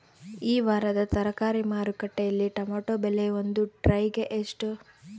ಈ ವಾರದ ತರಕಾರಿ ಮಾರುಕಟ್ಟೆಯಲ್ಲಿ ಟೊಮೆಟೊ ಬೆಲೆ ಒಂದು ಟ್ರೈ ಗೆ ಎಷ್ಟು?